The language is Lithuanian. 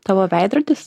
tavo veidrodis